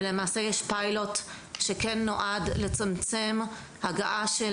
ולמעשה יש פיילוט שכן נועד לצמצם הגעה של